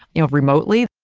you know, remotely.